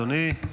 בבקשה, אדוני,